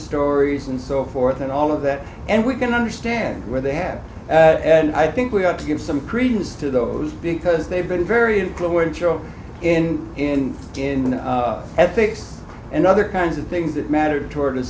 stories and so forth and all of that and we can understand where they have and i think we have to give some credence to those because they've been very influential in in in ethics and other kinds of things that matter toward a